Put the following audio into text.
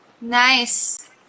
nice